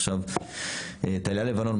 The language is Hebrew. עכשיו טליה לבנון,